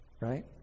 Right